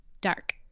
Dark